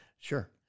sure